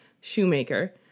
Shoemaker